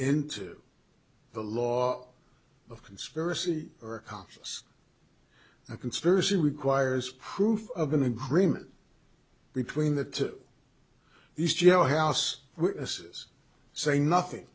into the law of conspiracy or a conscious conspiracy requires proof of an agreement between the two these jailhouse witnesses say nothing